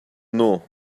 know